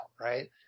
Right